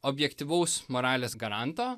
objektyvaus moralės garanto